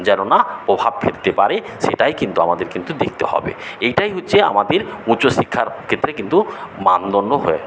যেন না প্রভাব ফেলতে পারে সেটাই কিন্তু আমাদের কিন্তু দেখতে হবে এটাই হচ্ছে আমাদের উচ্চশিক্ষার ক্ষেত্রে কিন্তু মানদণ্ড হয়